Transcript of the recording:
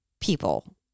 people